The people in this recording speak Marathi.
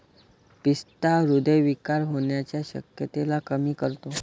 पिस्ता हृदय विकार होण्याच्या शक्यतेला कमी करतो